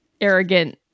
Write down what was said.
arrogant